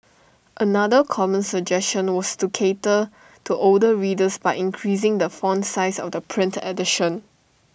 another common suggestion was to cater to older readers by increasing the font size of the print edition